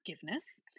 forgiveness